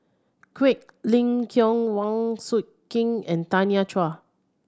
Quek Ling Kiong Wang Sui King and Tanya Chua